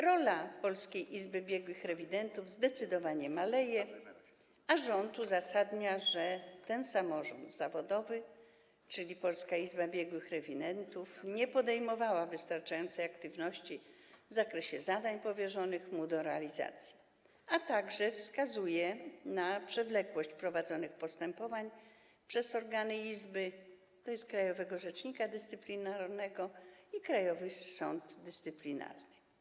Rola Polskiej Izby Biegłych Rewidentów zdecydowanie maleje, a rząd uzasadnia, że ten samorząd zawodowy, czyli Polska Izba Biegłych Rewidentów, nie podejmowała wystarczającej aktywności w zakresie zadań powierzonych mu do realizacji, a także wskazuje na przewlekłość prowadzonych postępowań przez organy izby, tj. krajowego rzecznika dyscyplinarnego i Krajowy Sąd Dyscyplinarny.